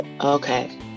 Okay